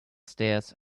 stairs